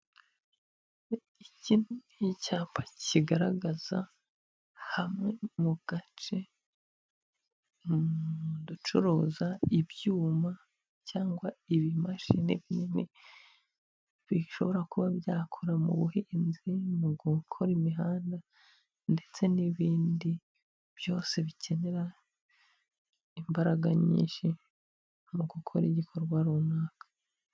Iki ni icyapa kigaragaza hamwe mu gace, mu ducuruza ibyuma cyangwa ibimashini binini bishobora kuba byakora mu buhinzi, mu gukora imihanda ndetse n'ibindi byose bikenera imbaraga nyinshi mu gukora igikorwa runaka.